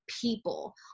people